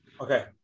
Okay